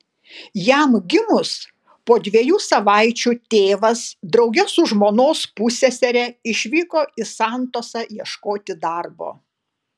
jam gimus po dviejų savaičių tėvas drauge su žmonos pussesere išvyko į santosą ieškoti darbo